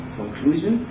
conclusion